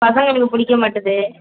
பசங்களுக்கு பிடிக்க மாட்டேது